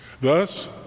thus